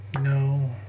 No